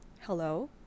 Hello